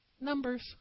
numbers